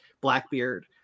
Blackbeard